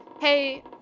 Hey